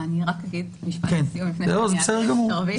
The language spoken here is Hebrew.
אני רק אגיד משפט לסיום לפני העברת השרביט.